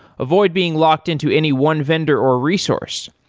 avoid being locked into any one vendor or resource.